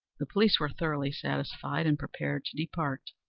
the police were thoroughly satisfied and prepared to depart.